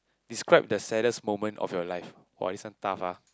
describe the saddest moment of your life !wah! this one tough ah